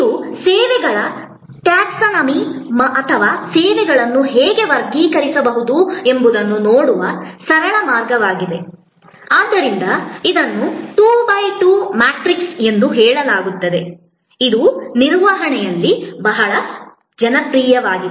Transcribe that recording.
ಇದು ಸೇವೆಗಳ ಟ್ಯಾಕ್ಸಾನಮಿ ಅಥವಾ ಸೇವೆಗಳನ್ನು ಹೇಗೆ ವರ್ಗೀಕರಿಸಬಹುದು ಎಂಬುದನ್ನು ನೋಡುವ ಸರಳ ಮಾರ್ಗವಾಗಿದೆ ಆದ್ದರಿಂದ ಇದನ್ನು 2 ಬೈ 2 ಮ್ಯಾಟ್ರಿಕ್ಸ್ ಎಂದು ಹೇಳಲಾಗುತ್ತದೆ ಇದು ನಿರ್ವಹಣೆಯಲ್ಲಿ ಬಹಳ ಜನಪ್ರಿಯವಾಗಿದೆ